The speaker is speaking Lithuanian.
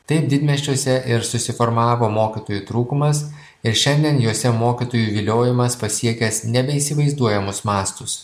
taip didmiesčiuose ir susiformavo mokytojų trūkumas ir šiandien juose mokytojų viliojimas pasiekęs nebeįsivaizduojamus mastus